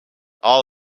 all